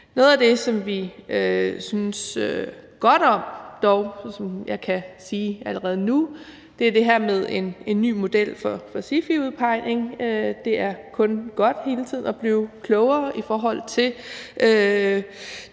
Noget af det, som vi dog synes godt om, og som jeg kan sige noget om allerede nu, er det her med en ny model for SIFI-udpegning. Det er kun godt hele tiden at blive klogere, med hensyn til